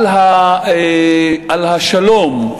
על השלום,